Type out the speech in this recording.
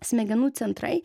smegenų centrai